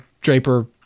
Draper